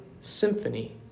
symphony